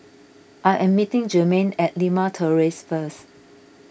I am meeting Jermain at Limau Terrace first